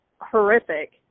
horrific